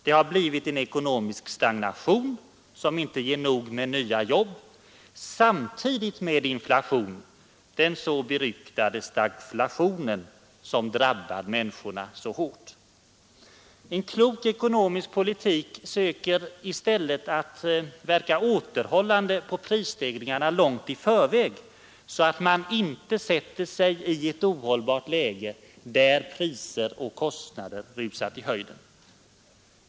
Det har blivit ekonomisk stagnation, som inte ger nog med nya jobb, samtidigt som det blivit inflation — den så beryktade stagflationen, som drabbar människorna hårt. En klok ekonomisk politik söker i stället verka återhållande på prisstegringarna långt i förväg, så att man inte försätter sig i ett ohållbart läge där både priser och kostnader rusat i höjden.